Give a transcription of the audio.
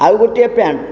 ଆଉ ଗୋଟିଏ ପ୍ୟାଣ୍ଟ୍